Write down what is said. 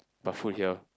but food here